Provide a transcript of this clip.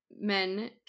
men